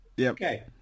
Okay